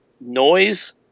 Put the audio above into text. noise